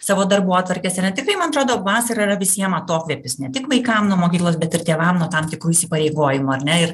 savo darbotvarkes ar ne tikrai man atrodo vasara yra visiem atokvėpis ne tik vaikam nuo mokyklos bet ir tėvam nuo tam tikrų įsipareigojimų ar ne ir